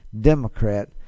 Democrat